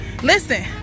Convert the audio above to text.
Listen